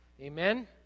Amen